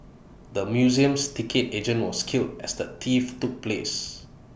the museum's ticket agent was killed as the theft took place